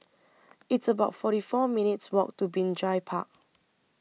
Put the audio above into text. It's about forty four minutes' Walk to Binjai Park